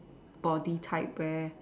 body type where